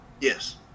yes